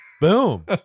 Boom